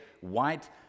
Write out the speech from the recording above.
white